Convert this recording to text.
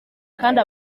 kandi